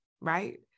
right